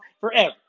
forever